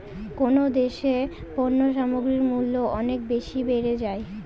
কোন দেশে পণ্য সামগ্রীর মূল্য অনেক বেশি বেড়ে যায়?